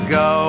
go